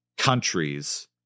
Countries